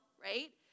right